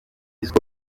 isuku